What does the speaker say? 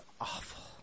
awful